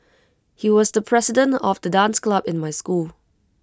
he was the president of the dance club in my school